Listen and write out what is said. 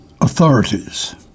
authorities